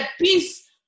peace